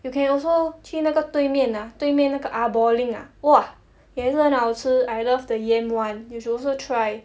you can also 去那个对面 ah 对面那个 Ah Balling ah !wah! 也是很好吃 I love the yam [one] you should also try